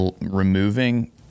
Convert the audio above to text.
removing